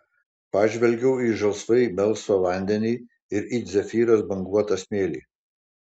pažvelgiau į žalsvai melsvą vandenį ir it zefyras banguotą smėlį